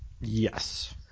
yes